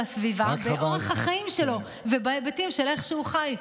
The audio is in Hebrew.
הסביבה באורח החיים שלו ובהיבטים של איך שהוא חי.